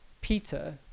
Peter